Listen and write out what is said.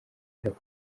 kubera